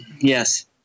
Yes